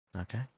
Okay